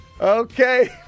Okay